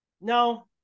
no